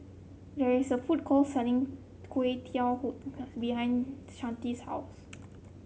there is a food court selling Teochew Huat Kueh behind Shanita's house